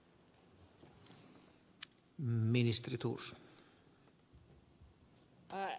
arvoisa puhemies